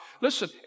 Listen